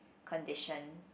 condition